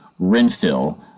RenFill